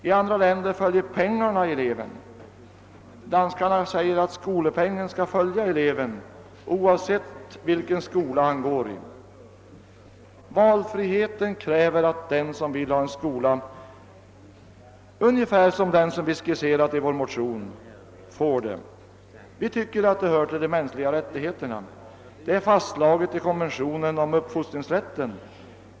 I andra länder följer pengarna, vad danskarna kallar >skolepeng>, med eleven oavsett vilken skola han går i. Valfriheten kräver att den som vill ha en skola ungefär som den vi har skisserat i vår motion får den. Vi tycker att det hör till de mänskliga rättigheterna. Det är fastslaget i konventionen om uppfostringsrätten.